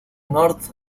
north